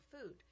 food